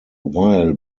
while